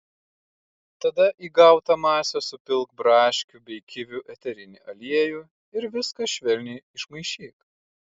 tada į gautą masę supilk braškių bei kivių eterinį aliejų ir viską švelniai išmaišyk